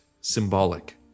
symbolic